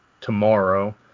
tomorrow